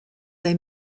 they